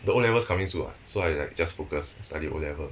the O levels coming soon [what] so I like just focus study O level